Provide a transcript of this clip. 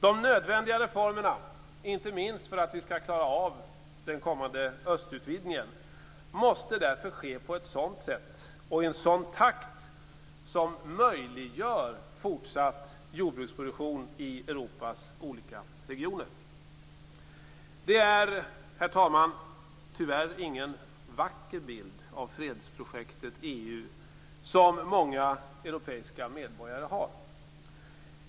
De nödvändiga reformerna, inte minst för att klara en kommande östutvidgning, måste därför ske på ett sådant sätt och i en sådan takt som möjliggör fortsatt jordbruksproduktion i Europas olika regioner. Herr talman! Det är tyvärr inte en vacker bild av fredsprojektet EU som många europeiska medborgare har.